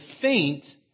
faint